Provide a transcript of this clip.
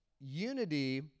unity